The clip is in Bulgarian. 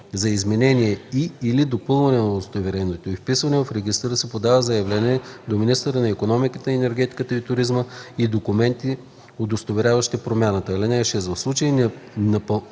За изменение и/или допълване на удостоверението и вписване в регистъра се подава заявление до министъра на икономиката, енергетиката и туризма и документи, удостоверяващи промяната.